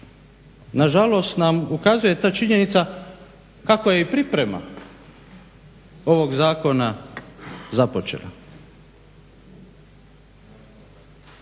nažalost nam ukazuje ta činjenica kako je i priprema ovog zakona započela.